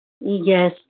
Yes